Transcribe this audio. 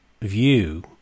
view